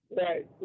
Right